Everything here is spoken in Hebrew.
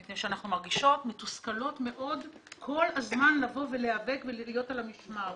מפני שאנחנו מרגישות מתוסכלות מאוד כל הזמן להיאבק ולהיות על המשמר.